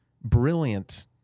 brilliant